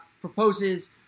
proposes